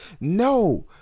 No